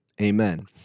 Amen